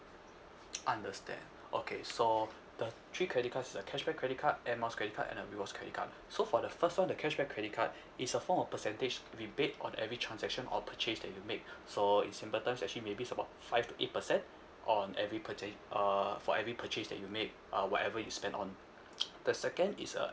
understand okay so the three credit cards the cashback credit card air miles credit card and a rewards credit card so for the first [one] the cashback credit card it's a form of percentage rebate on every transaction or purchase that you make so in simple terms actually maybe about five to eight percent on every purcha~ uh for every purchase that you make uh whatever you spend on the second is a